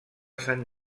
sant